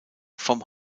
vom